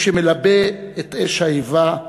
הוא שמלבה את אש האיבה,